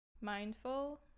mindful